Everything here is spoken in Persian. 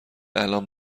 الآن